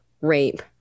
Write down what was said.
rape